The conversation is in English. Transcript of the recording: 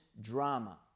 drama